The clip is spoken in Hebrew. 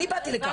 אני באתי לכאן.